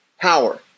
power